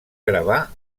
gravar